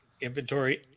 inventory